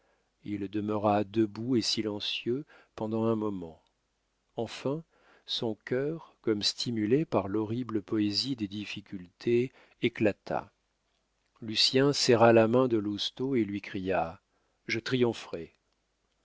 il demeura debout et silencieux pendant un moment enfin son cœur comme stimulé par l'horrible poésie des difficultés éclata lucien serra la main de lousteau et lui cria je triompherai